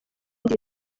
bisa